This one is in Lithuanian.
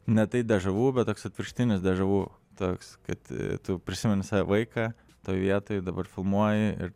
ne tai dėža vu bet toks atvirkštinis deža vu toks kad tu prisimeni save vaiką toj vietoj dabar filmuoji ir